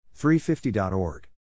350.org